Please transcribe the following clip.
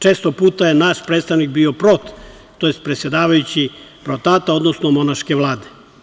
Često puta je naš predstavnik bio prot, tj. predsedavajući PROTAT-a, odnosno monaške vlade.